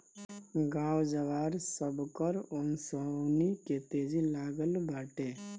गाँव जवार, सबकर ओंसउनी के तेजी लागल बाटे